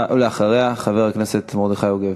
ואחריה, חבר הכנסת מרדכי יוגב.